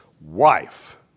wife